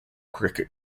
cricket